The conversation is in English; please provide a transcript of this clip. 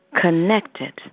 connected